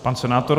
Pan senátor.